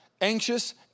anxious